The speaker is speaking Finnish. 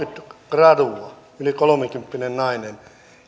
gradua yli kolmekymppinen nainen